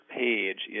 page